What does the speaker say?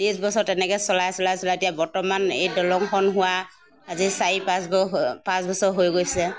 ত্ৰিছ বছৰ তেনেকৈ চলাই চলাই চলাই এতিয়া বৰ্তমান এই দলংখন হোৱা আজি চাৰি পাঁচবছৰ হৈ গৈছে